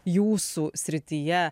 jūsų srityje